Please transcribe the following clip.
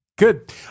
Good